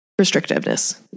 restrictiveness